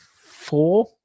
four